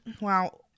Wow